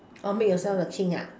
oh make yourself a king ah